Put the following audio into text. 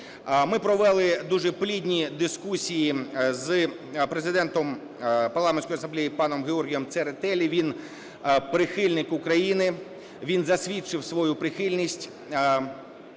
Ми провели дуже плідні дискусії з Президентом Парламентської асамблеї паном Георгієм Церетелі. Він прихильник України. Він засвідчив свою прихильність